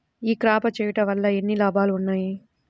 ఈ క్రాప చేయుట వల్ల ఎన్ని లాభాలు ఉన్నాయి?